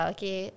Okay